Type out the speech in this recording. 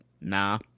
nah